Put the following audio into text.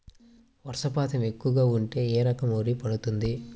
వర్షపాతం ఎక్కువగా ఉంటే ఏ రకం వరి పండుతుంది?